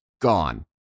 gone